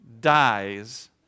dies